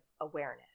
awareness